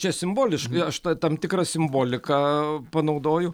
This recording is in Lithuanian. čia simboliškai aš tai tam tikrą simboliką panaudoju